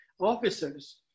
officers